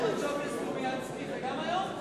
מה עם הג'וב לסלומינסקי, זה גם היום?